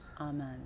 Amen